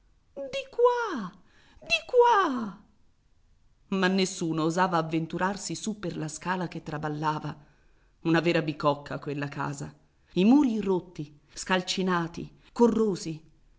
di qua di qua ma nessuno osava avventurarsi su per la scala che traballava una vera bicocca quella casa i muri rotti scalcinati corrosi